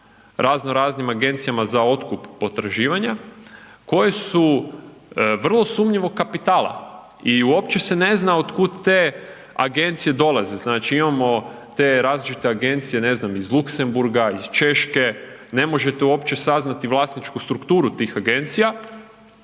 razno raznim Agencijama za otkup potraživanja koje su vrlo sumnjivog kapitala i uopće se ne zna otkud te agencije dolaze, znači imamo te različite agencije, ne znam, iz Luxembourga, iz Češke, ne možete uopće saznati vlasničku strukturu tih agencija